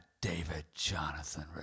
David-Jonathan